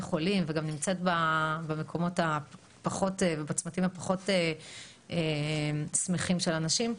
חולים וגם נמצאת בצמתים הפחות שמחים של אנשים,